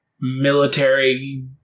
military